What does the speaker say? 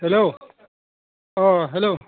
hello hello